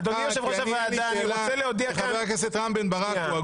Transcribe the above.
כי אני --- שחבר הכנסת רם בן ברק הוא הגון,